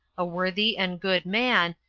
a worthy and good man,